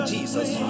Jesus